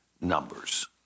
numbers